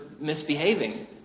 misbehaving